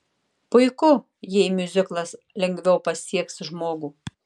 puiku jei miuziklas lengviau pasieks žmogų